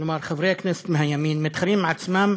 כלומר חברי הכנסת מהימין מתחרים עם עצמם